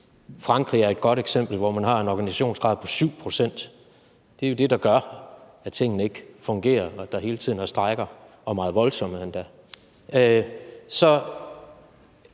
Frankrig er et godt eksempel, hvor man har en organisationsgrad på 7 pct. Det er jo det, der gør, at tingene ikke fungerer, og at der hele tiden er strejker – meget voldsomme endda. Så